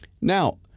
Now